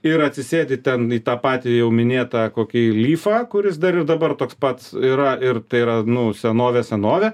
ir atsisėdi ten į tą patį jau minėtą kokį lyfą kuris dar ir dabar toks pats yra ir tai yra nu senovė senovė